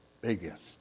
biggest